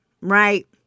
right